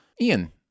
Ian